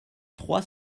trois